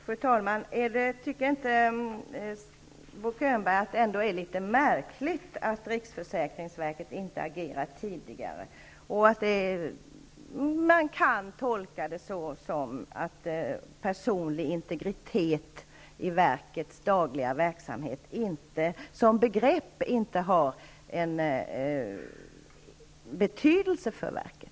Fru talman! Tycker inte Bo Könberg att det är litet märkligt att riksförsäkringsverket inte har agerat tidigare och att man kan tolka detta som att personlig integritet som begrepp i verkets dagliga verksamhet inte har en betydelse för verket?